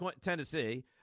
Tennessee